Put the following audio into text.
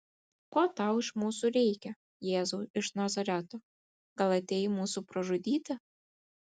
ko tau iš mūsų reikia jėzau iš nazareto gal atėjai mūsų pražudyti